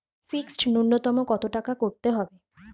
Fixed নুন্যতম কত টাকা করতে হবে?